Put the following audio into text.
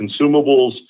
consumables